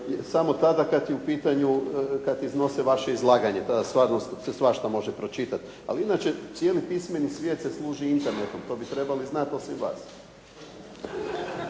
samo tada kad je u pitanju, kad iznose vaše izlaganje, tada stvarno se svašta može pročitati, ali inače cijeli pismeni svijet se služi internetom, to bi trebali znati, osim vas.